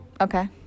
Okay